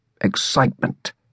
excitement